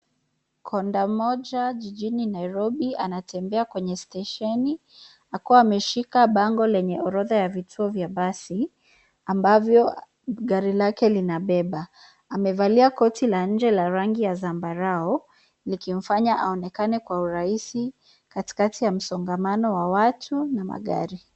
Konda mmoja jijini Nairobi anatembea kwenye stesheni, akiwa ameshika bango lenye orodha ya vituo vya basi, ambavyo, gari lake linabeba, amevalia koti la nje la rangi ya zambarau, likimfanya aonekane kwa urahisi, katikati ya msongamano wa watu na magari.